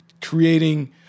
creating –